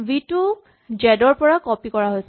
V টোক জেড ৰ পৰা কপি কৰা হৈছে